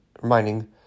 reminding